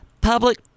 public